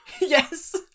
Yes